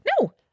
No